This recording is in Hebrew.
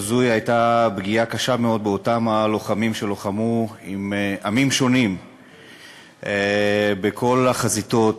זו הייתה פגיעה קשה מאוד בלוחמים שלחמו עם עמים שונים בכל החזיתות,